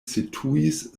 situis